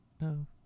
no